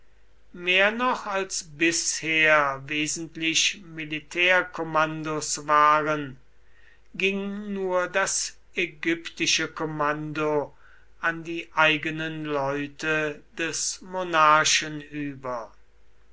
mehr noch als bisher wesentlich militärkommandos waren ging nur das ägyptische kommando an die eigenen leute des monarchen über